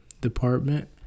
department